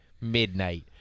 Midnight